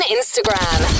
Instagram